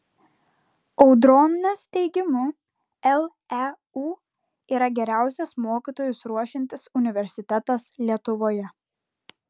audronės teigimu leu yra geriausias mokytojus ruošiantis universitetas lietuvoje